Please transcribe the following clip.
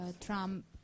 Trump